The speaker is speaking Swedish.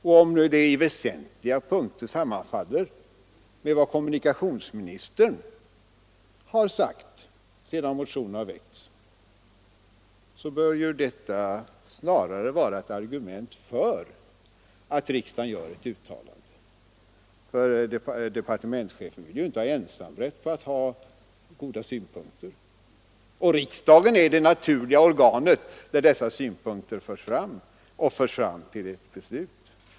Och om riksdagens uttalande på väsentliga punkter sammanfaller med vad kommunikationsministern har sagt, sedan motionerna väcktes, bör ju detta snarare vara ett argument för att riksdagen gör ett uttalande. Departementschefen bör inte ha ensamrätt på att framföra goda synpunkter, och riksdagen är det naturliga organet där dessa synpunkter förs fram och leder till ett beslut.